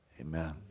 Amen